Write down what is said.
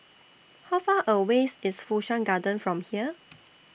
How Far away IS Fu Shan Garden from here